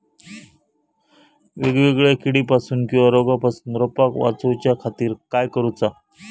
वेगवेगल्या किडीपासून किवा रोगापासून रोपाक वाचउच्या खातीर काय करूचा?